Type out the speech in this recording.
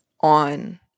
on